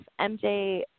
MJ